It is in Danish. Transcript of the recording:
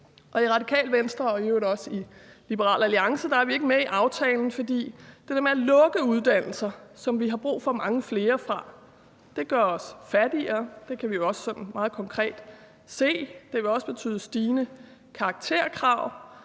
i øvrigt også Liberal Alliance, er ikke med i aftalen, for det der med at lukke uddannelser, som vi har brug for mange flere af, gør os fattigere. Det kan vi jo også meget konkret se. Og det vil også betyde stigende karakterkrav,